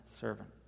servant